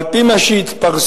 על-פי מה שהתפרסם,